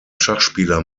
schachspieler